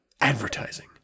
advertising